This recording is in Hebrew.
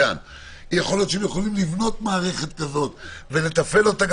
יכול להיות שהם יכולים לבנות מערכת כזו ולתפעל אותה,